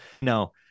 No